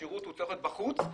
השירות צריך להינתן בחוץ,